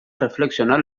reflexionar